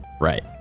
Right